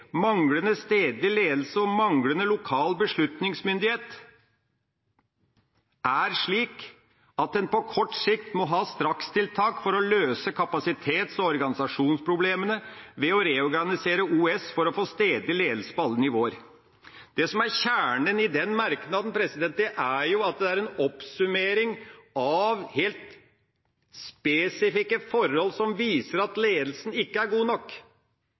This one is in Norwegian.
en på kort sikt må ha strakstiltak for å løse kapasitets- og organisasjonsproblemene ved å reorganisere Oslo universitetssykehus for å få stedlig ledelse på alle nivåer. Det som er kjernen i den merknaden, er at det er en oppsummering av helt spesifikke forhold som viser at ledelsen ikke er god nok.